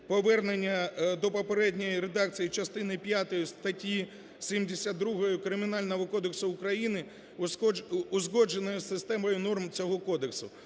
повернення до попередньої редакції частини п'ятої статті 72 Кримінального кодексу України, узгодженою з системою норм цього кодексу.